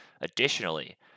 Additionally